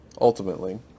ultimately